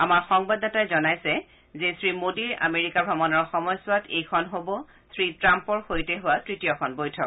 আমাৰ সংবাদদাতাই জনাইছে যে শ্ৰীমোডীৰ আমেৰিকা ভ্ৰমণৰ সময়ছোৱাত এইখন হ'ব শ্ৰীট্টাম্পৰ সৈতে হোৱা তৃতীয়খন বৈঠক